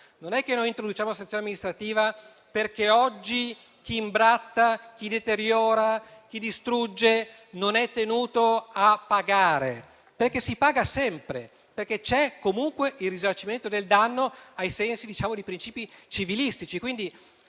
non è che introduciamo una sanzione amministrativa perché oggi chi imbratta, chi deteriora, chi distrugge non sia tenuto a pagare: si paga sempre, perché c'è comunque il risarcimento del danno ai sensi dei principi civilistici.